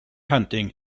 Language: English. hunting